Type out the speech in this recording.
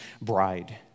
bride